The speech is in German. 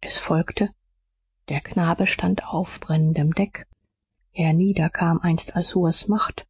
es folgte der knabe stand auf brennendem deck hernieder kam einst assurs macht